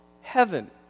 heaven